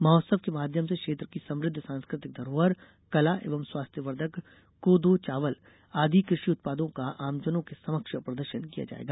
महोत्सव के माध्यम से क्षेत्र की समुद्ध सांस्कृतिक धरोहर कला एवं स्वास्थ्यवर्धक कोदो चावल आदि कृषि उत्पादों का आमजनों के समक्ष प्रदर्शन किया जाएगा